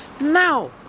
Now